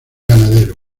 ganadero